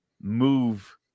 move